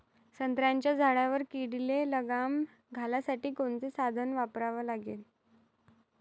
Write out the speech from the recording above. संत्र्याच्या झाडावर किडीले लगाम घालासाठी कोनचे साधनं वापरा लागन?